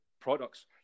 Products